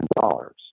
dollars